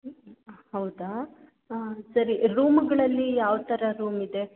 ಹೌದಾ ಹಾಂ ಸರಿ ರೂಮುಗಳಲ್ಲಿ ಯಾವ ಥರ ರೂಮ್ ಇದೆ